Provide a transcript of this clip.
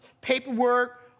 paperwork